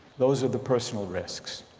those are the personal risks,